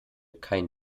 kein